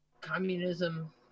communism